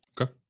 Okay